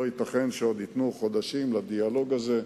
לא ייתכן שייתנו עוד חודשים לדיאלוג הזה.